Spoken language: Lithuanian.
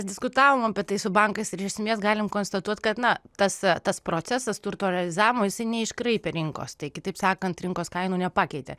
diskutavom apie tai su bankais ir iš esmės galim konstatuot kad na tas tas procesas turto realizavimo jisai neiškraipė rinkos tai kitaip sakant rinkos kainų nepakeitė